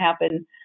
happen